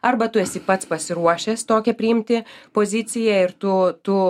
arba tu esi pats pasiruošęs tokią priimti poziciją ir tu tu